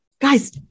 guys